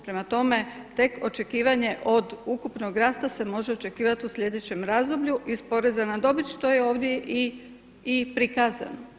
Prema tome, tek očekivanje od ukupnog rasta se može očekivati u sljedećem razdoblju iz poreza na dobit što je ovdje i prikazano.